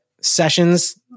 Sessions